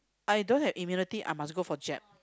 I don't have immunity I must go for jab